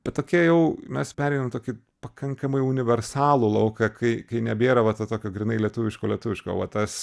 bet tokie jau mes pereinam tokį pakankamai universalų lauką kai kai nebėra va to tokio grynai lietuviško lietuviško va tas